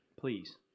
Please